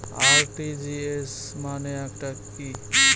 RTGS মানে টা কি?